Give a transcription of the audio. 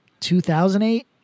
2008